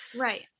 Right